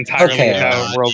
okay